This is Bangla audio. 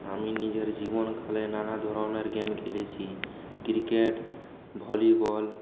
আমি নিজের জীবন নানা ধরণের গেম খেলেছি ক্রিকেট ভলিবল